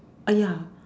ya